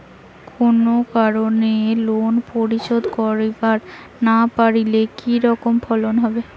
কোনো কারণে লোন পরিশোধ করিবার না পারিলে কি রকম ফাইন হবে?